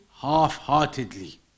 half-heartedly